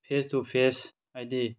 face to face ꯍꯥꯏꯗꯤ